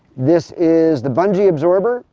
this is the bungee absorber,